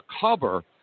cover